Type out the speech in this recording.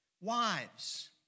Wives